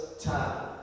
time